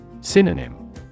Synonym